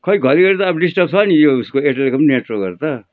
खोइ घरी घरी त अब डिस्टर्भ छ नि यो उयसको एयरटेलको नेटवर्कहरू त